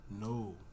No